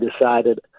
decided